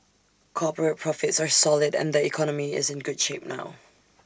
corporate profits are solid and the economy is in good shape now